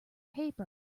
paper